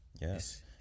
Yes